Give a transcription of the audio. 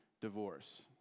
divorce